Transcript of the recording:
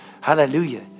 Hallelujah